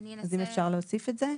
אם אפשר להוסיף את זה.